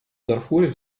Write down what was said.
дарфуре